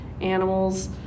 animals